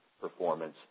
performance